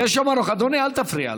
אדוני, אל תפריע לו.